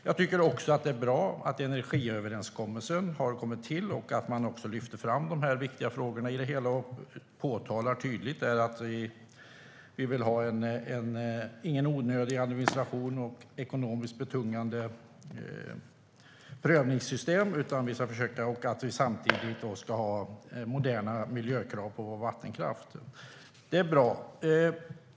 Jag tycker också att det är bra att energiöverenskommelsen har kommit till och att man också lyfter fram dessa viktiga frågor i det hela och tydligt påtalar att vi inte vill ha någon onödig administration eller något ekonomiskt betungande prövningssystem och att vi samtidigt ska ha moderna miljökrav på vår vattenkraft. Det är bra.